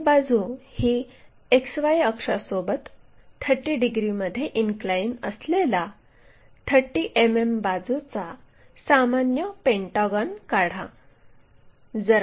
एक बाजू ही XY अक्षासोबत 30 डिग्रीमध्ये इनक्लाइन असलेला 30 मिमी बाजूचा सामान्य पेंटागॉन काढा